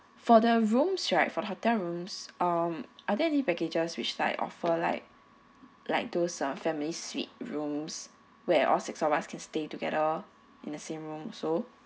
for the rooms right for the hotel rooms um are there any packages which they offer like like those uh family suite rooms where all six of us can stay together in the same room also